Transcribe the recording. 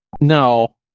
No